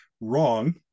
Wrong